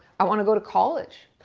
i want to go to college.